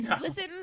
Listen